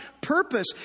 purpose